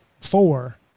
four